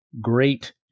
great